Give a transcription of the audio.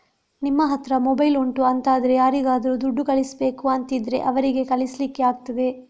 ನಿಮ್ಮ ಹತ್ರ ಮೊಬೈಲ್ ಉಂಟು ಅಂತಾದ್ರೆ ಯಾರಿಗಾದ್ರೂ ದುಡ್ಡು ಕಳಿಸ್ಬೇಕು ಅಂತಿದ್ರೆ ಅವರಿಗೆ ಕಳಿಸ್ಲಿಕ್ಕೆ ಆಗ್ತದೆ